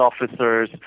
officers